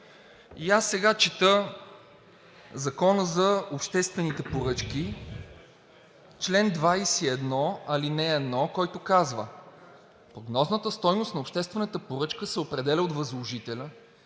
И аз сега чета Закона за обществените поръчки, чл. 21, ал. 1, който казва: „Прогнозната стойност на обществената поръчка се определя от възложителя